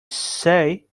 say